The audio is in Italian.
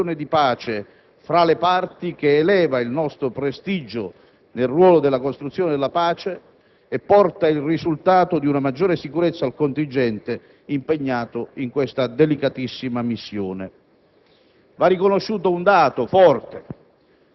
rendendo l'Italia protagonista di una mediazione di pace fra le parti, che eleva il nostro prestigio nel ruolo della costruzione della pace e porta il risultato di una maggior sicurezza al contingente impegnato in questa delicatissima missione.